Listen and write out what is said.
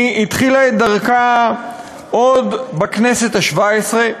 היא התחילה את דרכה עוד בכנסת השבע-עשרה,